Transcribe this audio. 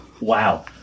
wow